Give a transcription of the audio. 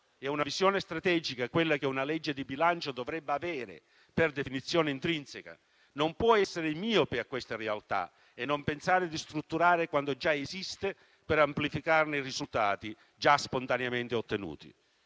e una visione strategica è ciò che una legge di bilancio dovrebbe avere per definizione intrinseca. Non può essere miope di fronte a questa realtà e non pensare di strutturare quanto già esiste per amplificarne i risultati già spontaneamente ottenuti.